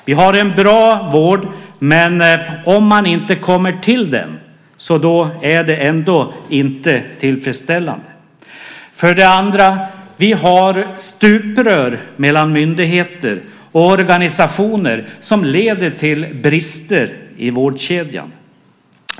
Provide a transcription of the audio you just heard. Vi har en bra vård, men om man inte kommer till den är det ändå inte tillfredsställande. För det andra har vi "stuprör" mellan myndigheter och organisationer som leder till brister i vårdkedjan.